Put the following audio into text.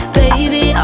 baby